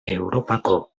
europako